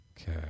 Okay